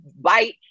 bite